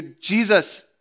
Jesus